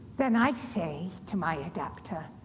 then i say, to my adapter,